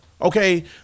okay